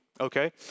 okay